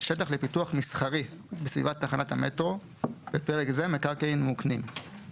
שטח לפיתוח מסחרי בסביבת תחנת המטרו (בפרק זה מקרקעין מוקנים);